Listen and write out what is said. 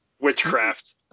witchcraft